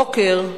הבוקר,